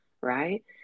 right